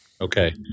Okay